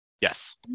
Yes